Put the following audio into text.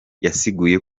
yasiguye